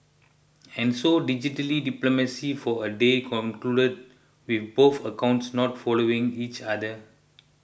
and so digitally diplomacy for a day concluded with both accounts not following each other